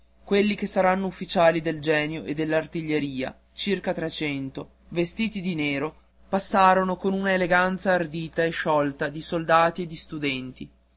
quelli che saranno ufficiali del genio e dell'artiglieria circa trecento vestiti di nero passarono con una eleganza ardita e sciolta di soldati e di studenti